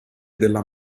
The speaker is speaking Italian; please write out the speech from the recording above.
della